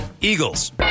Eagles